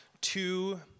two